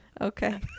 Okay